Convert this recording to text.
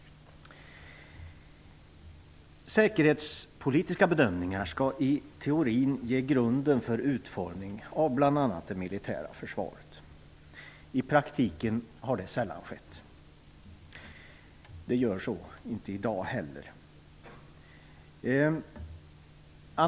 Säkerhetspolitiska bedömningar skall i teorin ge grunden för utformningen av bl.a. det militära försvaret. I praktiken har det sällan skett. Det sker inte heller i dag.